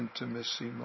intimacy